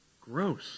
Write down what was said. Gross